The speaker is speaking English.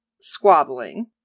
squabbling